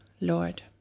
Lord